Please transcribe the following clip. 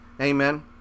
Amen